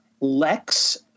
Lex